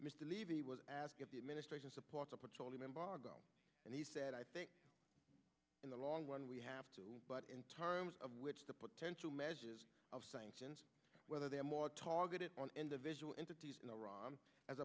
mr levy was asked if the administration supports a petroleum embargo and he said i think in the long run we have to but in terms of which the potential of sanctions whether they're more targeted on individual entities in iran as